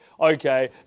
okay